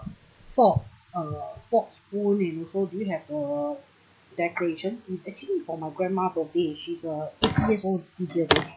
fork uh fork spoon in full do you have uh decoration it's actually for my grandma birthday she's uh eighty years old this year